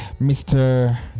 Mr